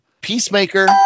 Peacemaker